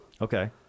Okay